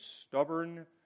stubborn